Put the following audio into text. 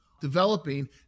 developing